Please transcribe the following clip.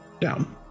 down